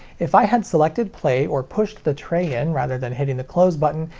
if i had selected play, or pushed the tray in rather than hitting the close button,